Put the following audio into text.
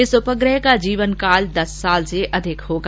इस उपग्रह का जीवनकाल दस वर्ष से अधिक होगा